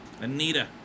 Anita